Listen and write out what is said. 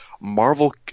Marvel